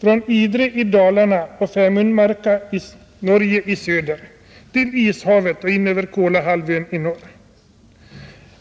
från Idre i Dalarna och Femundmarka i Norge i söder till Ishavet och in över Kolahalvön i norr.